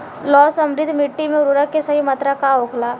लौह समृद्ध मिट्टी में उर्वरक के सही मात्रा का होला?